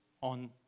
on